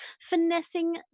finessing